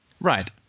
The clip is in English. Right